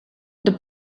the